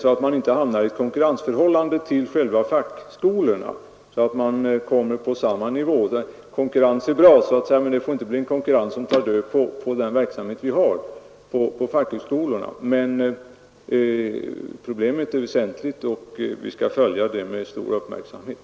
De bör inte hamna i ett konkurrensförhållande till själva fackhögskolorna genom att komma på samma nivå. Konkurrens är bra, men det får inte bli en konkurrens som tar död på den verksamhet vi har på fackhögskolorna. Problemet är emellertid väsentligt, och vi skall följa det med stor uppmärksamhet.